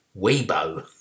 Weibo